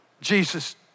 Jesus